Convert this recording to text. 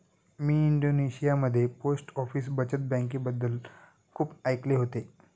मी इंडोनेशियामध्ये post office बचत बँकेबद्दल खूप ऐकले होते